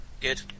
Good